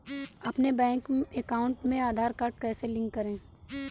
अपने bank account में Aadhaar card कैसे लिंक करें?